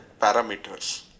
parameters